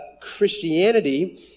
Christianity